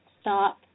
stop